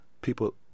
people